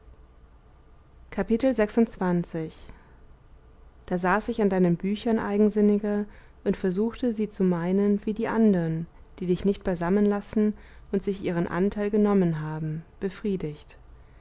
da saß ich an deinen büchern eigensinniger und versuchte sie zu meinen wie die andern die dich nicht beisammen lassen und sich ihren anteil genommen haben befriedigt